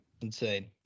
Insane